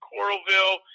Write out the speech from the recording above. Coralville